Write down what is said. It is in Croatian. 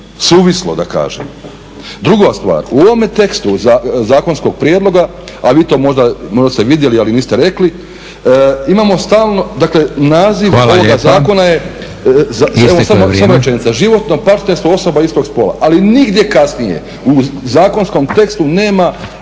suvislo da kažem. Druga stvar, u ovome tekstu zakonskog prijedloga a vi to možda, možda ste vidjeli ali niste rekli, imamo stalno, dakle naziv ovoga zakona je… …/Upadica: Hvala lijepa. Isteklo je vrijeme./… Evo samo rečenica, životno partnerstvo osoba istog spola ali nigdje kasnije u zakonskom tekstu nema